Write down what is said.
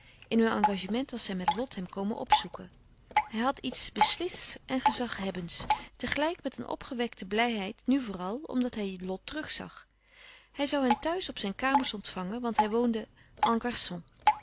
in hun engagement was zij met lot hem komen louis couperus van oude menschen de dingen die voorbij gaan opzoeken hij had iets beslists en gezaghebbends tegelijk met een opgewekte blijheid nu vooral omdat hij lot terug zag hij zoû hen thuis op zijn kamers ontvangen want hij woonde